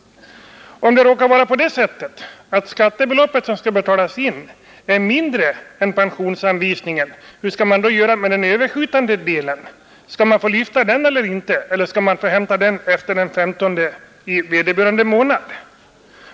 Om det råkar vara så att det skattebelopp som skall betalas in är mindre än pensionsanvisningen, hur skall man då göra med den överskjutande delen? Skall man få lyfta den, eller skall man få hämta den efter den 15 i vederbörande månad?